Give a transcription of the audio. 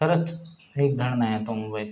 खरंच एक धड नाही आहे तो मोबाइल